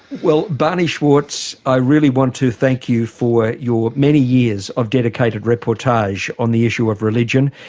well, barney zwartz, i really want to thank you for your many years of dedicated reportage on the issue of religion.